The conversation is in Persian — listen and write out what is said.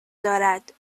دارد